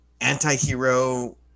anti-hero